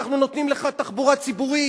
אנחנו נותנים לך תחבורה ציבורית,